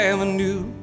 Avenue